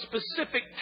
specific